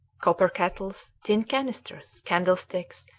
copper kettles, tin canisters, candlesticks,